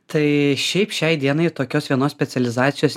tai šiaip šiai dienai tokios vienos specializacijos